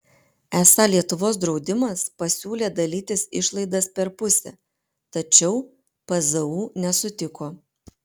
esą lietuvos draudimas pasiūlė dalytis išlaidas per pusę tačiau pzu nesutiko